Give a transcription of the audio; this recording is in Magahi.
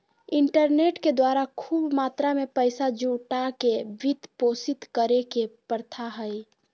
इंटरनेट के द्वारा खूब मात्रा में पैसा जुटा के वित्त पोषित करे के प्रथा हइ